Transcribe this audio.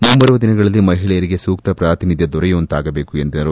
ಮುಂಬರುವ ದಿನಗಳಲ್ಲಿ ಮಹಿಳೆಯರಿಗೆ ಸೂಕ್ತ ಪ್ರಾತಿನಿಧ್ಯ ದೊರೆಯುವಂತಾಗಬೇಕು ಎಂದರು